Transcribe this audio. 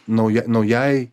nauja naujai